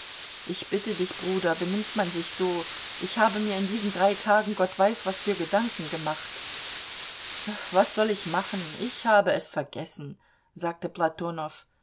ich bitte dich bruder benimmt man sich so ich habe mir in diesen drei tagen gott weiß was für gedanken gemacht was soll ich machen ich habe es vergessen sagte